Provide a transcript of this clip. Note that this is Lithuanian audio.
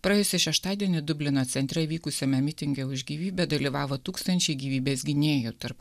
praėjusį šeštadienį dublino centre vykusiame mitinge už gyvybę dalyvavo tūkstančiai gyvybės gynėjų tarp